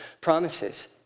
promises